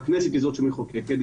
הכנסת היא זאת שמחוקקת.